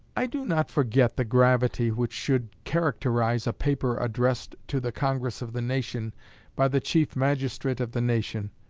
i do not forget the gravity which should characterize a paper addressed to the congress of the nation by the chief magistrate of the nation.